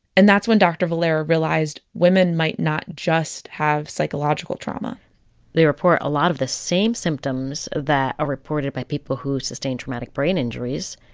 and that's when dr. valera realized women might not just have psychological trauma they report a lot of the same symptoms that are reported by people who sustain traumatic brain injuries.